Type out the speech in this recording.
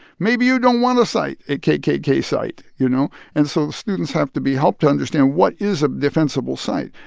maybe you don't want to cite a kkk site, you know? and so students have to be helped to understand, what is a defensible site?